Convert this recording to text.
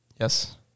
Yes